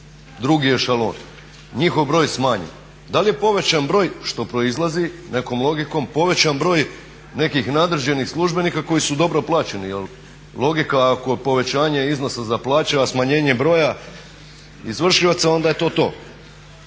drugi ešalon, njihov broj smanjen, da li je povećan broj što proizlazi nekom logikom, povećan broj nekih nadređenih službenika koji su dobro plaćeni. Jel logika ako povećanje iznosa za plaće a smanjenje broja izvršioca onda je to to.